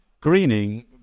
greening